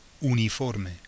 Uniforme